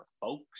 folks